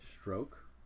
stroke